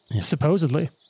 Supposedly